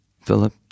Philip